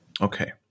Okay